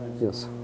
Yes